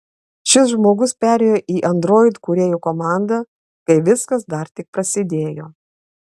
šis žmogus perėjo į android kūrėjų komandą kai viskas dar tik prasidėjo